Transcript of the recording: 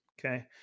okay